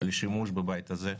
לשימוש בבית הזה.